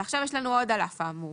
על אף האמור